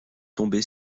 tombé